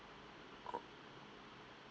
uh